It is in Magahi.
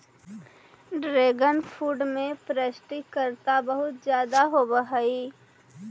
ड्रैगनफ्रूट में पौष्टिकता बहुत ज्यादा होवऽ हइ